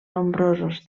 nombrosos